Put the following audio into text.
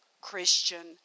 Christian